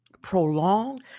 Prolong